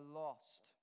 lost